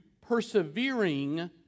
persevering